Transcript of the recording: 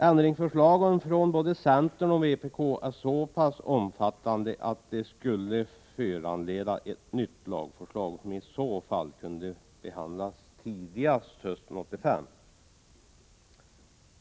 Ändringsförslagen från både centern och vpk är så pass omfattande att de skulle föranleda ett nytt lagförslag, som i så fall kunde behandlas tidigast hösten 1985.